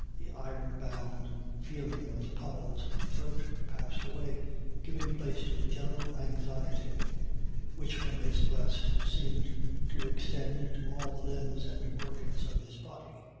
the iron-bound feeling of powell's throat passed away giving place to a general anxiety which from his breast seemed to extend to all the limbs and organs of his body.